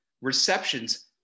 receptions